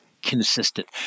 consistent